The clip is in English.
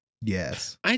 Yes